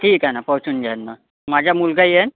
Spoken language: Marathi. ठीक आहे ना पोहोचून जाईल ना माझा मुलगा येईल